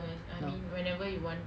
no